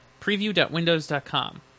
Preview.windows.com